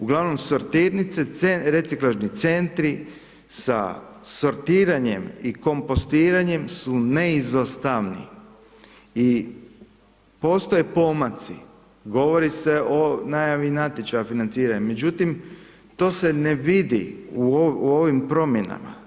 Uglavnom sortirnice, reciklažni centri sa sortiranjem i kompostiranjem su neizostavni i postoje pomaci, govori se o najavi natječaja o financiranju, međutim to se ne vidi u ovim promjenama.